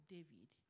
David